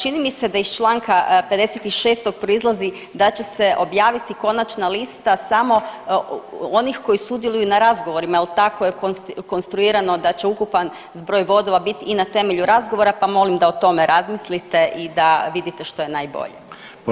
Čini mi se da iz čl. 56. proizlazi da će se objaviti konačna lista samo onih koji sudjeluju na razgovorima jel tako je konstruirano da će ukupan zbroj bodova bit i na temelju razgovora, pa molim da o tome razmislite i da vidite što je najbolje.